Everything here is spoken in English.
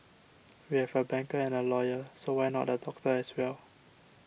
we have a banker and a lawyer so why not a doctor as well